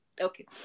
Okay